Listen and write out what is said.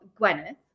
Gwyneth